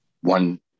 one